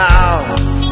out